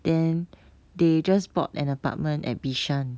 then they just bought an apartment at bishan